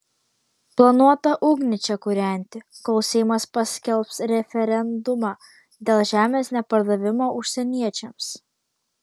planuota ugnį čia kūrenti kol seimas paskelbs referendumą dėl žemės nepardavimo užsieniečiams